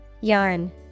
Yarn